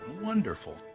Wonderful